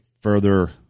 further